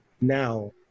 now